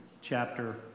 chapter